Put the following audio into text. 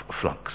flux